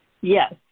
Yes